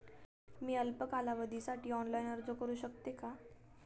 मी अल्प कालावधीसाठी ऑनलाइन अर्ज करू शकते का?